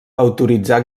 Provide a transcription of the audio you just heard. autoritzar